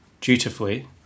dutifully